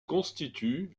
constitue